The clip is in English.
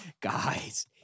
Guys